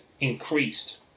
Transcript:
increased